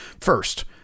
first